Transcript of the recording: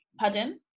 Pardon